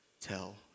tell